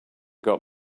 got